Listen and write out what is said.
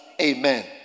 Amen